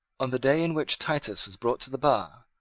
on the day in which titus was brought to the bar,